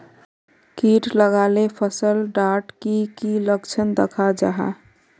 किट लगाले फसल डात की की लक्षण दखा जहा?